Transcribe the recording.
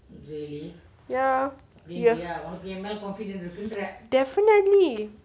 ya definitely